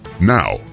now